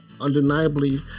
undeniably